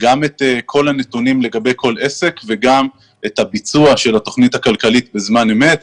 את כל הנתונים לגבי כל עסק וגם את הביצוע של התוכנית הכלכלית בזמן אמת.